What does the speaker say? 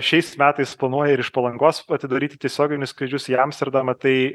šiais metais planuoja ir iš palangos atidaryti tiesioginius skrydžius į amsterdamą tai